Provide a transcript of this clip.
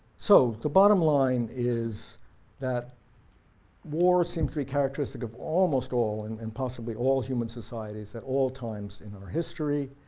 so the bottom line is that war seems to be characteristic of almost all, and and possibly all human societies at all times in our history.